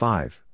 Five